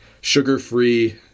sugar-free